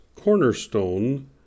cornerstone